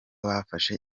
bafashe